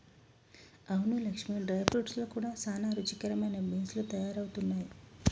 అవును Lakshmi dry fruits లో కూడా సానా రుచికరమైన బీన్స్ లు తయారవుతున్నాయి